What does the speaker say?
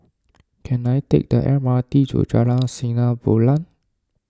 can I take the M R T to Jalan Sinar Bulan